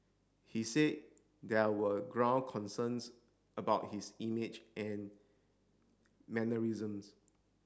he said there were ground concerns about his image and mannerisms